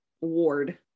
ward